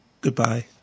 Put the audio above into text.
Goodbye